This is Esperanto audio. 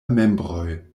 membroj